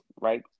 right